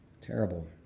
Terrible